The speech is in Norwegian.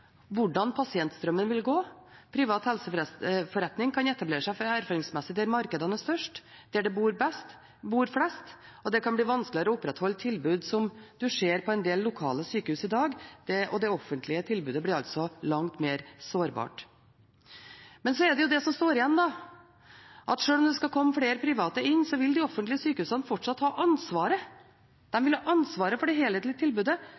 hvordan pasientstrømmen vil gå. Privat helseforretning kan erfaringsmessig etablere seg der markedene er størst, der det bor flest, og det kan bli vanskeligere å opprettholde tilbud som en ser på en del lokale sykehus i dag. Det offentlige tilbudet blir altså langt mer sårbart. Men så er det som står igjen, at sjøl om det skal komme flere private inn, så vil de offentlige sykehusene fortsatt ha ansvaret. De vil ha ansvaret for det helhetlige tilbudet,